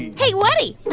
hey, what-ie?